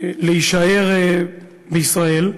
להישאר בישראל.